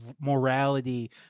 morality